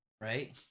right